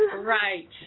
Right